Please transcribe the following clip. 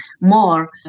more